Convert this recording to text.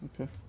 Okay